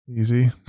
Easy